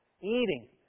eating